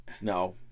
No